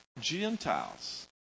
Gentiles